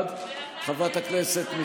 חברת הכנסת שטרית,